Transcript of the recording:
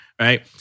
right